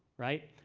right?